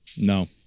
No